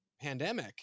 pandemic